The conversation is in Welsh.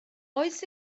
oes